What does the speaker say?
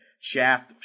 Shaft